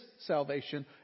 salvation